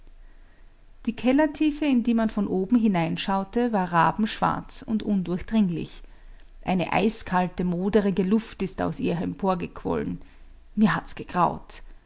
die kellertiefe in die man von oben hineinschaute war rabenschwarz und undurchdringlich eine eiskalte moderige luft ist aus ihr emporgequollen mir hat's gegraut